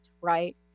right